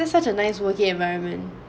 that is such a nice working environment